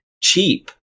cheap